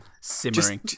simmering